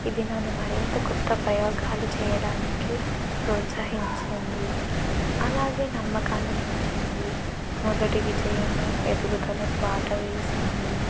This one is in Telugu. ఇది నన్ను మరింత కొత్త ప్రయోగాలు చెయ్యడానికి ప్రోత్సహించింది అలాగే నమ్మకాన్ని పెంచింది మొదటి విజయమే ఎదుగుదలకు బాట వేసింది